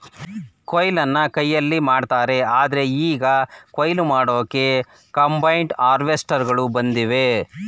ಕೊಯ್ಲನ್ನ ಕೈಯಲ್ಲಿ ಮಾಡ್ತಾರೆ ಆದ್ರೆ ಈಗ ಕುಯ್ಲು ಮಾಡೋಕೆ ಕಂಬೈನ್ಡ್ ಹಾರ್ವೆಸ್ಟರ್ಗಳು ಬಂದಿವೆ